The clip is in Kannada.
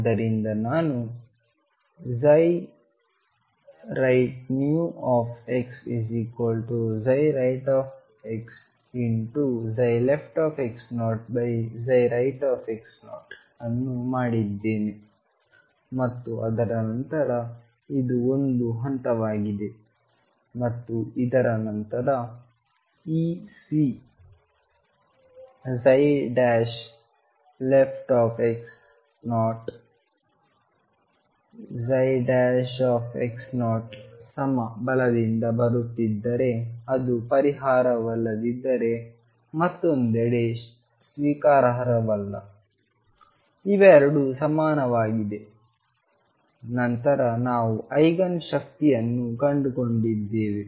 ಆದ್ದರಿಂದ ನಾನು rightnewxrightxleftx0rightx0 ಅನ್ನು ಮಾಡಿದ್ದೇನೆ ಮತ್ತು ಅದರ ನಂತರ ಇದು ಒಂದು ಹಂತವಾಗಿದೆ ಮತ್ತು ಇದರ ನಂತರ ಈ C leftx0 ಸಮ ಬಲದಿಂದ ಬರುತ್ತಿದ್ದರೆ ಅದು ಪರಿಹಾರವಲ್ಲದಿದ್ದರೆ ಮತ್ತೊಂದೆಡೆ ಸ್ವೀಕಾರಾರ್ಹವಲ್ಲ ಇವೆರಡೂ ಸಮಾನವಾಗಿವೆ ನಂತರ ನಾವು ಐಗನ್ ಶಕ್ತಿಯನ್ನು ಕಂಡುಕೊಂಡಿದ್ದೇವೆ